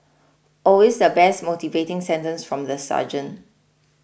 always the best motivating sentence from the sergeant